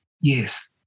yes